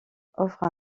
offrent